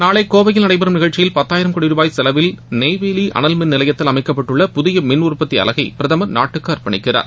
நாளை கோவையில் நடைபெறும் நிகழ்ச்சியில் பத்தாயிரம் கோடி ரூபாய் செலவில் நெய்வேலி அனல் மின் நிலையத்தில் அமைக்கப்பட்டுள்ள புதிய மின் உற்பத்தி அலகை பிரதமர் நாட்டுக்கு அர்ப்பனிக்கிறார்